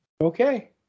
Okay